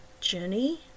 Jenny